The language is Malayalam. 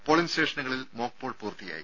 പോളിംഗ് സ്റ്റേഷനുകളിൽ മോക്പോൾ പൂർത്തിയായി